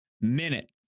minute